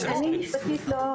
אני משפטית לא,